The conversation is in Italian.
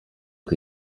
che